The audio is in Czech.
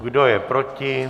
Kdo je proti?